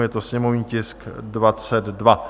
Je to sněmovní tisk 22.